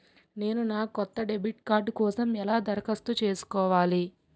నేను నా కొత్త డెబిట్ కార్డ్ కోసం ఎలా దరఖాస్తు చేసుకోవాలి?